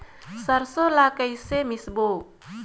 सरसो ला कइसे मिसबो?